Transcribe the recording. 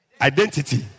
Identity